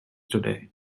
today